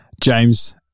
James